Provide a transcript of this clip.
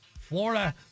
Florida